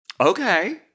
Okay